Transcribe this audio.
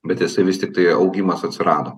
bet jisai vis tiktai augimas atsirado